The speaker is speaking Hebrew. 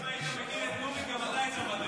אם היית מכיר את נורית, גם אתה היית מוותר.